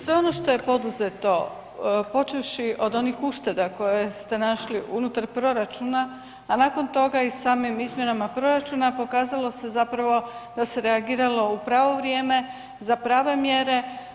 Sve ono što je poduzeto počevši od onih ušteda koje ste našli unutar proračuna, a nakon toga i samim izmjenama proračuna pokazalo se da se reagiralo u pravo vrijeme, za prave mjere.